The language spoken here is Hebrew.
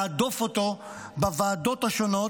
להדוף אותו בוועדות השונות,